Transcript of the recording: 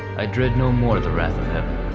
i dread no more the wrath of heaven,